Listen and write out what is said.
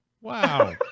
Wow